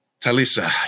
Talisa